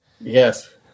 Yes